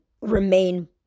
remain